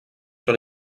sur